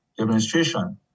administration